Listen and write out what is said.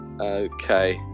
okay